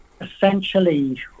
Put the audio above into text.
essentially